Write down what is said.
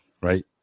right